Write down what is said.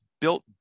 built